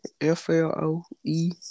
F-L-O-E